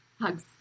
Hugs